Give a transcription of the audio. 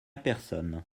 personne